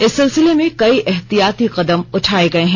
इस सिलसिले में कई एहतियाती कदम उठाए गए हैं